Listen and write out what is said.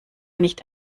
nicht